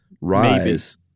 rise